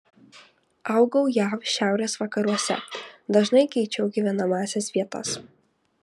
augau jav šiaurės vakaruose dažnai keičiau gyvenamąsias vietas